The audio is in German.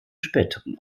späteren